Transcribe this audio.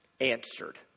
answered